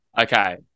Okay